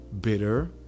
bitter